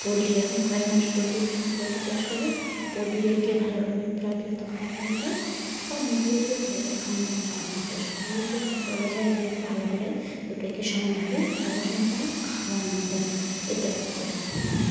poultry এখন প্রায় মানুষ পোলট্রি ফার্ম পোলট্রি চাষ করে পোলট্রিদেরকে ভালোভাবে খাওয়া দানা দেয় বা মুরগিদেরকে ভালো করে খাওয়া দানা দেওয়া হয় না তো সকলকে বলা যায় যে ভালো করে দুটোকে সমানভাবে দেখাশোনা করা খাওয়ান দান দেওয়া ইত্যাদি ইত্যাদি